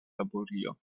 taburio